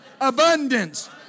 Abundance